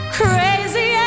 crazy